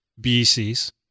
BCs